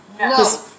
No